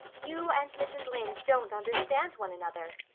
you and mrs. lynde don't understand one another,